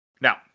now